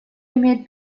имеет